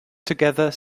together